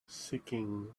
seeking